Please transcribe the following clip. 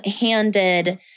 handed